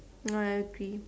ya I agree